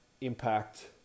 impact